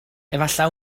efallai